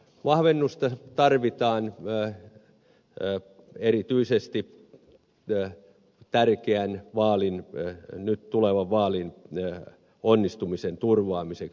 vahvennusta tarvitaan erityisesti nyt tulevan tärkeän vaalin onnistumisen turvaamiseksi